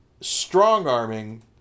strong-arming